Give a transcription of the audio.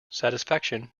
satisfaction